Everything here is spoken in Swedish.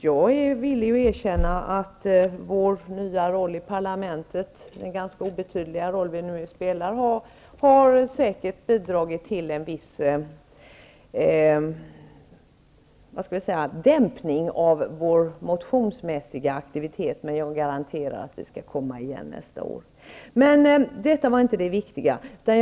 Jag är villig att erkänna att vår nya och numera ganska obetydliga roll säkert har bidragit till en viss dämpning av vår aktivitet på motionsområdet. Men jag garanterer att vi kommer igen nästa år. Detta var dock inte det som var det viktiga här.